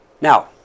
Now